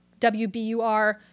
WBUR